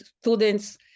students